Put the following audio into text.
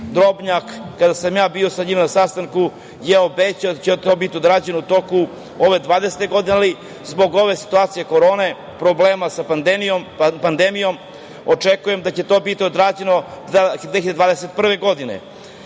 Drobnjak kada sam bio sa njim na sastanku je obećao da će to biti odrađeno u toku 2020. godine, ali zbog situacije sa koronom, problema sa pandemijom, očekujem da će to biti odrađeno u toku 2021. godine. Još